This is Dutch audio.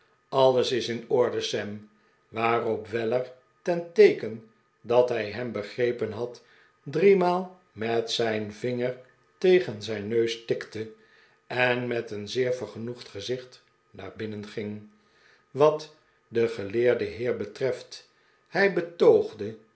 alles is in orde sam waarop weller ten teeken dat hij hem begrepen had driemaal met zijn vinger tegen zijn neus tikte en met een zeer vergenoegd gezicht naar binnen ging wat den geleerden heer betreft hij betoogde